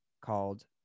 called